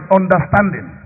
understanding